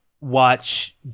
watch